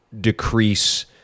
decrease